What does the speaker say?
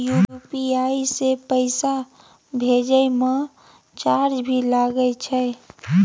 UPI से पैसा भेजै म चार्ज भी लागे छै?